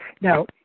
Now